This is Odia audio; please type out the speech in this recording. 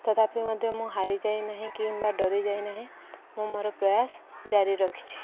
ତଥାପି ମଧ୍ୟ ମୁଁ ହାରି ଯାଇନାହିଁ କିମ୍ବା ଡରି ଯାଇନାହିଁ ମୁଁ ମୋର ପ୍ରୟାସ ଜାରି ରଖିଛି